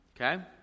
Okay